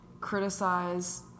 criticize